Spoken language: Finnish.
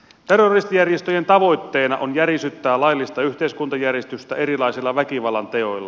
terroristijärjestöjen tavoitteena on järisyttää laillista yhteiskuntajärjestystä erilaisilla väkivallanteoilla